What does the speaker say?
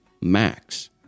max